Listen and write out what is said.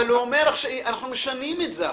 היא אומרת לך שאנחנו משנים את זה עכשיו.